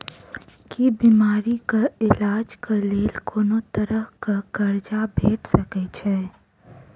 की बीमारी कऽ इलाज कऽ लेल कोनो तरह कऽ कर्जा भेट सकय छई?